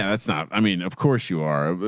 that's not, i mean, of course you are.